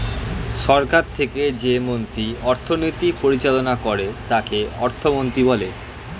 সরকার থেকে যে মন্ত্রী অর্থনীতি পরিচালনা করে তাকে অর্থমন্ত্রী বলে